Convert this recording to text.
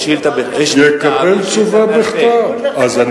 יש שאילתא בכתב ויש שאילתא בעל-פה.